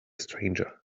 stranger